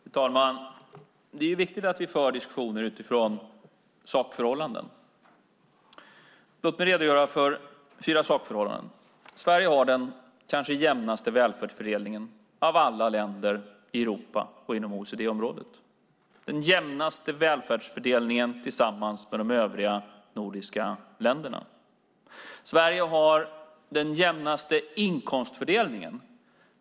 Fru talman! Det är viktigt att vi för diskussioner utifrån sakförhållanden. Låt mig redogöra för fyra sakförhållanden. Sverige har den kanske jämnaste välfärdsfördelningen av alla länder i Europa och inom OECD-området. Det är den jämnaste välfärdsfördelningen, tillsammans med de övriga nordiska länderna. Sverige har den jämnaste inkomstfördelningen.